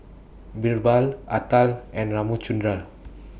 Birbal Atal and Ramchundra